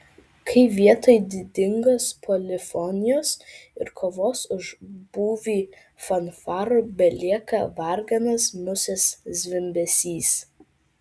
kai vietoj didingos polifonijos ir kovos už būvį fanfarų belieka varganas musės zvimbesys